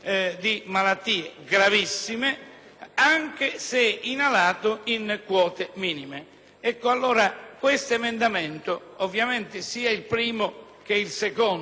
anche se inalata in quote minime.